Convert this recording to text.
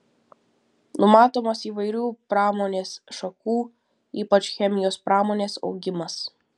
numatomas įvairių pramonės šakų ypač chemijos pramonės augimas